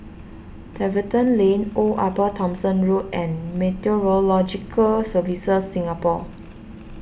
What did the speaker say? Tiverton Lane Old Upper Thomson Road and Meteorological Services Singapore